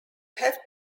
have